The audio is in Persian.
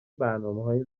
برنامههای